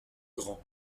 grand